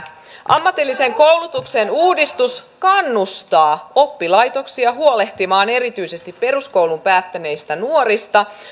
ammatillisen koulutuksen uudistus kannustaa oppilaitoksia huolehtimaan erityisesti peruskoulun päättäneistä nuorista